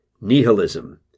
nihilism